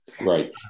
Right